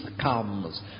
comes